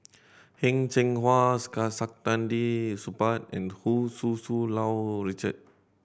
Heng Cheng Hwa Saktiandi Supaat and Hu Tsu Tau Richard